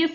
F